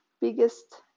biggest